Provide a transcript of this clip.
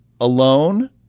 alone